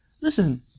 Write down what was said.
listen